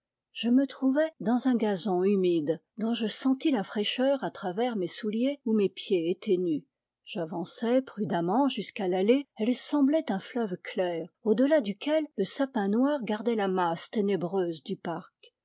je me trouvais dans un gazon humide dont je sentis la fraîcheur à travers mes souliers où mes pieds étaient nus j'avançai prudemment jusqu'à l'allée elle semblait un fleuve clair au delà duquel le sapin noir gardait la masse ténébreuse du parc